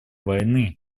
войны